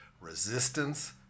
Resistance